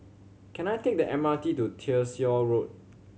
can I take the M R T to Tyersall Road